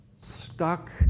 stuck